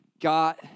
got